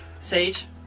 Sage